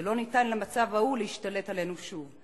ולא ניתן למצב ההוא להשתלט עלינו שוב.